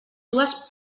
dues